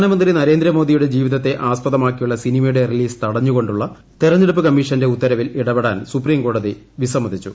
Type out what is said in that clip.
പ്രധാനമന്ത്രി നരേന്ദ്രമോദിയുടെ ജീവിതത്തെ ആസ്പദമാക്കിയുള്ള സിനിമയുടെ റിലീസ് തടഞ്ഞു കൊണ്ടുള്ള തെരഞ്ഞെടുപ്പ് കമ്മീഷന്റെ ഉത്തരവിൽ ഇടപെടാൻ സുപ്രീംകോടതി വിസ്സമ്മതിച്ചു